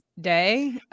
Day